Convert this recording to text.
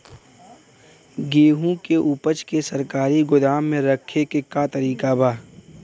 गेहूँ के ऊपज के सरकारी गोदाम मे रखे के का तरीका बा?